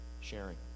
sharing